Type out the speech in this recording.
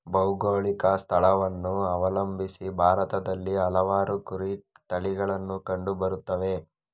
ಭೌಗೋಳಿಕ ಸ್ಥಳವನ್ನು ಅವಲಂಬಿಸಿ ಭಾರತದಲ್ಲಿ ಹಲವಾರು ಕುರಿ ತಳಿಗಳು ಕಂಡು ಬರುತ್ತವೆ